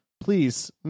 Please